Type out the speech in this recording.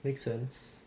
make sense